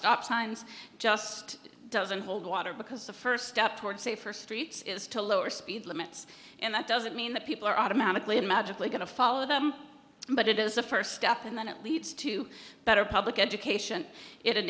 stop signs just doesn't hold water because the first step toward safer streets is to lower speed limits and that doesn't mean that people are automatically in magically going to follow them but it is a first step and then it leads to better public education it